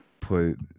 put